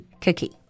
cookie